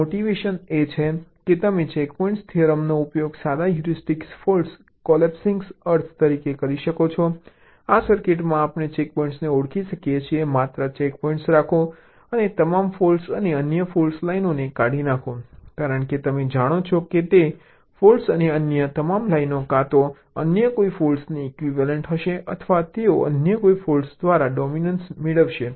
તેથી મોટિવેશન એ છે કે તમે ચેકપોઇન્ટ થિયરમનો ઉપયોગ સાદા હ્યુરિસ્ટિક ફોલ્ટ કોલેપ્સિંગ અર્થ તરીકે કરી શકો છો આ સર્કિટમાં આપણે ચેકપોઇન્ટ્સને ઓળખીએ છીએ માત્ર ચેકપોઇન્ટ્સ રાખો અને તમામ ફોલ્ટ અને અન્ય તમામ લાઇનોને કાઢી નાખો કારણ કે તમે જાણો છો કે તે ફૉલ્ટ્ અને અન્ય તમામ લાઈનો કાં તો અન્ય કોઈ ફૉલ્ટની ઇક્વિવેલન્ટ હશે અથવા તેઓ અન્ય કોઈ ફૉલ્ટો દ્વારા ડોમીનન્સ મેળવશે